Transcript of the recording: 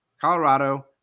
Colorado